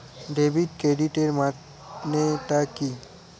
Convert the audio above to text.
Debit ক্রেডিটের মানে টা কি?